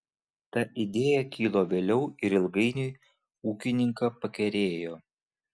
ta idėja kilo vėliau ir ilgainiui ūkininką pakerėjo